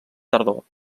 tardor